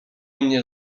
mnie